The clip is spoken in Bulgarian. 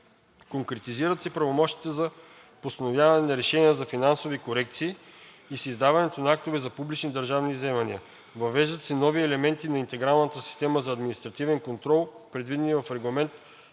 Конкретизират се правомощията за постановяване на решения за финансови корекции и с издаването на актовете за публични държавни вземания. Въвеждат се новите елементи на Интегрираната система за администриране и контрол, предвидени в Регламент